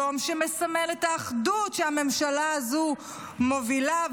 יום שמסמל את האחדות שהממשלה הזו מובילה.